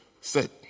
Sit